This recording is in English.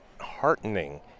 heartening